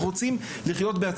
אנחנו רוצים לקחת.